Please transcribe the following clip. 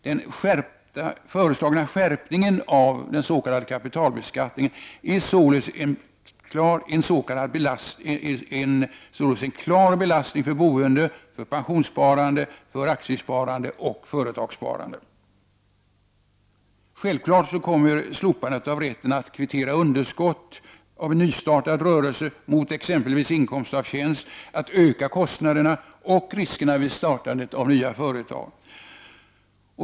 Den föreslagna skärpningen av den s.k. kapitalbeskattningen är således en klar belastning för boende, för pensionssparande, för aktiesparande och för företagssparande. Självklart kommer slopandet av rätten att kvitta underskott i nystartad rörelse mot exempelvis inkomst av tjänst att öka kostnaderna och riskerna vid startande av nya företag.